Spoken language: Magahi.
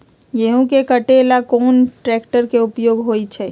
गेंहू के कटे ला कोंन ट्रेक्टर के उपयोग होइ छई?